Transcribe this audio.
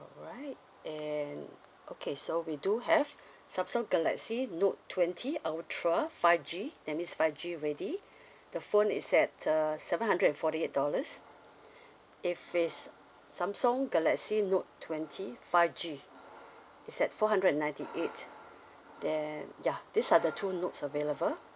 alright and okay so we do have samsung galaxy note twenty ultra five G that means five G ready the phone is at the seven hundred and forty eight dollars if it's samsung galaxy note twenty five G is at four hundred and ninety eight then yeah these are the two notes available